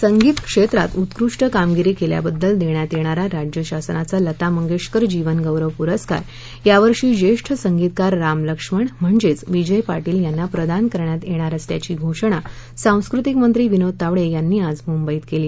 संगीतक्षेत्रात उत्कृष्ठ कामगिरी केल्याबद्दल देण्यात येणारा राज्यशासनाचा लता मंगेशकर जीवनगौरव प्रस्कार यावर्षी ज्येष्ठ संगीतकार राम लक्ष्मण म्हणजेच विजय पाटील यांना प्रदान करण्यात येणार असल्याची घोषणा सांस्कृतिकमंत्री विनोद तावडे यांनी आज मुंबईत केली